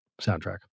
soundtrack